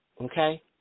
Okay